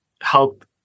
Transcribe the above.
help